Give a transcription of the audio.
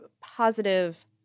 positive